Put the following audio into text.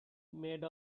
made